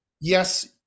Yes